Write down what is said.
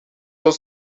ons